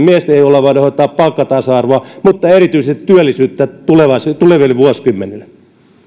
miesten ja sillä voidaan hoitaa palkkatasa arvoa mutta erityisesti työllisyyttä tuleville vuosikymmenille